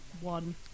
one